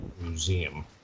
museum